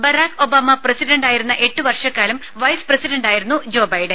Barack Obama പ്രസിഡന്റായിരുന്ന എട്ട് വർഷക്കാലം വൈസ് പ്രസിഡന്റായിരുന്നു ജോ ബൈഡൻ